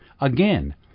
Again